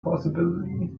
possibly